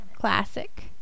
Classic